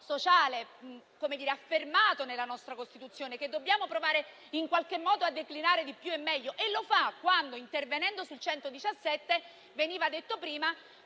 sociale affermato nella nostra Costituzione, che dobbiamo provare in qualche modo a declinare di più e meglio. E lo si fa quando, intervenendo sull'articolo 117 - come veniva detto prima